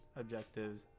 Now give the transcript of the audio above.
objectives